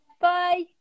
bye